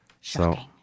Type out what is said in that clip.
Shocking